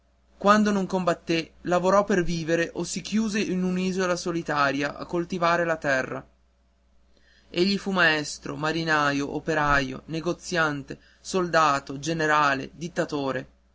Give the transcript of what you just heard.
quando non combatté lavorò per vivere o si chiuse in un'isola solitaria a coltivare la terra egli fu maestro marinaio operaio negoziante soldato generale dittatore